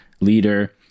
leader